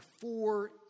four